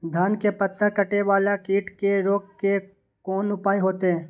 धान के पत्ता कटे वाला कीट के रोक के कोन उपाय होते?